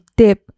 tip